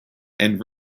and